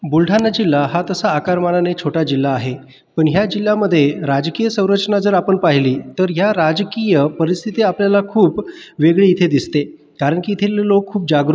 बुलढाणा जिल्हा हा तसा आकारमानाने छोटा जिल्हा आहे पण ह्या जिल्ह्यामध्ये राजकीय संरचना जर आपण पाहिली तर या राजकीय परिस्थिती आपल्याला खूप वेगळी इथे दिसते कारण की येथील लोक खूप जागरूत आहेत